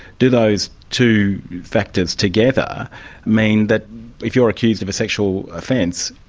do those two factors together mean that if you're accused of a sexual offence,